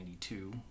1992